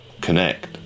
connect